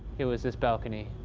it was this balcony.